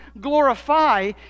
glorify